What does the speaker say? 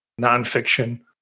nonfiction